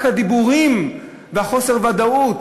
רק הדיבורים עליו וחוסר הוודאות.